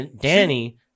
Danny